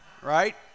Right